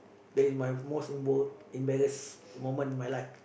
that is my most emba~ embarrass moment in my life